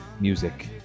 music